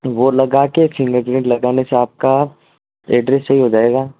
वो लगा कर फिंगरप्रिन्ट लगाने से आपका एड्रैस सही हो जाएगा